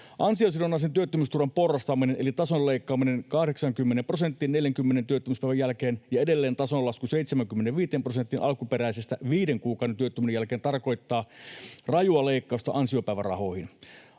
Ansiosidonnaisen työttömyysturvan porrastaminen eli tason leikkaaminen 80 prosenttiin 40 työttömyyspäivän jälkeen ja edelleen tason lasku 75 prosenttiin alkuperäisestä viiden kuukauden työttömyyden jälkeen tarkoittaa rajua leikkausta ansiopäivärahoihin.